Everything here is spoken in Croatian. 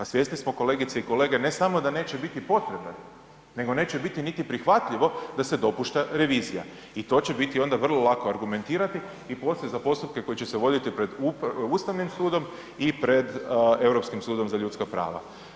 Svjesni smo kolegice i kolege, ne samo da neće biti potrebe, nego neće biti niti prihvatljivo da se dopušta revizija i to će biti onda vrlo lako argumentirati i poslije za postupka koje će se voditi pred Ustavnim sudom i pred Europskim sudom za ljudska prava.